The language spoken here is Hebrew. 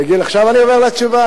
עכשיו אני אומר לה תשובה.